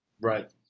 Right